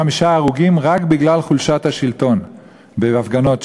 הרוגים רק בגלל חולשת השלטון בהפגנות שם,